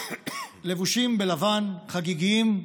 לבושים בלבן, חגיגיים,